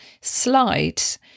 slides